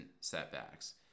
setbacks